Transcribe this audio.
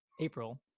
April